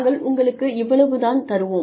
நாங்கள் உங்களுக்கு இவ்வளவு தான் தருவோம்